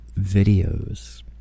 videos